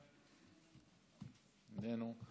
איננו,